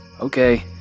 Okay